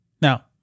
Now